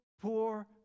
poor